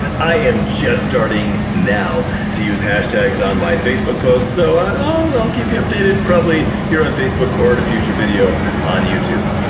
i am just starting now to use hashtags on my facebook posts, so i'll i'll keep you updated, probably here on facebook or in a future video on youtube.